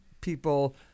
people